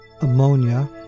ammonia